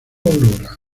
aurora